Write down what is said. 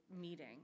meeting